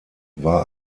war